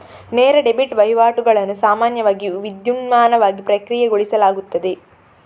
ನೇರ ಡೆಬಿಟ್ ವಹಿವಾಟುಗಳನ್ನು ಸಾಮಾನ್ಯವಾಗಿ ವಿದ್ಯುನ್ಮಾನವಾಗಿ ಪ್ರಕ್ರಿಯೆಗೊಳಿಸಲಾಗುತ್ತದೆ